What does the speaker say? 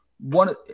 one